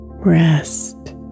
Rest